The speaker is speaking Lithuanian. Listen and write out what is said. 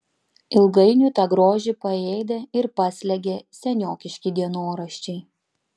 ilgainiui tą grožį paėdė ir paslėgė seniokiški dienoraščiai